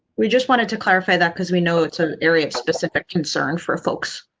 we just wanted to clarify that because we know it's an area of specific concern for folks.